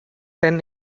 ten